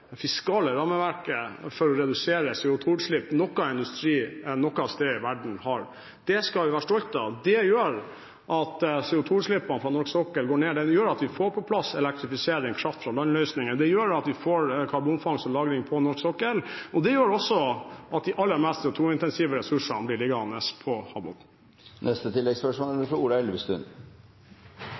skal vi være stolte av. Det gjør at CO2-utslippene fra norsk sokkel går ned, det gjør at vi får på plass elektrifisering – kraft fra land-løsninger – det gjør at vi får karbonfangst og -lagring på norsk sokkel, og det gjør også at de aller mest CO2-intensive ressursene blir liggende på havbunnen. Ola Elvestuen – til oppfølgingsspørsmål. Når det gjelder klimaendringer, mener jeg det er